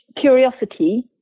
curiosity